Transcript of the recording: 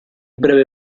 breve